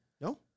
No